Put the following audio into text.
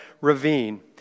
Ravine